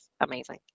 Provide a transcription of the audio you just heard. amazing